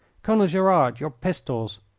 colonel gerard, your pistols!